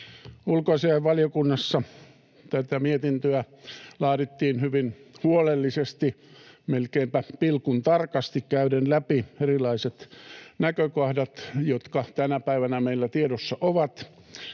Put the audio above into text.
Ulkoasiainvaliokunnassa tätä mietintöä laadittiin hyvin huolellisesti, melkeinpä pilkuntarkasti, käyden läpi erilaiset näkökohdat, jotka tänä päivänä meillä tiedossa ovat.